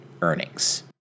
earnings